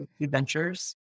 adventures